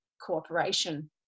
cooperation